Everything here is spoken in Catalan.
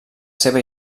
seva